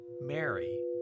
Mary